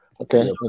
Okay